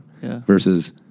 versus